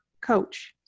coach